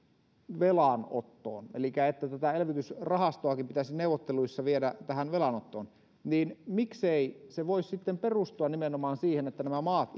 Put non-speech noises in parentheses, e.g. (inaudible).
velanottoon elikkä että tätä elvytysrahastoakin pitäisi neuvotteluissa viedä tähän velanottoon niin miksei se voi sitten perustua nimenomaan siihen että nämä maat (unintelligible)